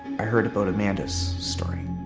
i heard about amanda's story.